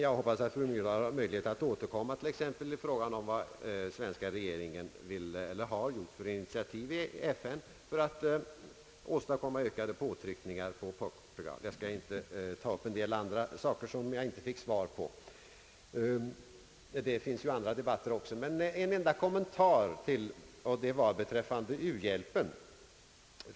Jag hoppas att fru Myrdal har tillfälle att återkomma till exempelvis frågan om vilka initiativ den svenska regeringen har tagit i FN för att åstadkomma ökade påtryckningar på Portugal. Jag skall inte heller nu ta upp en del andra frågor, som jag inte fick nå got svar på — det är ju också andra frågor som skall debatteras — men jag vill ändå göra en kommentar beträffande u-hjälpen.